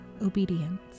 obedience